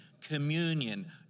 communion